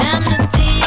Amnesty